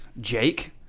Jake